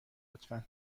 لطفا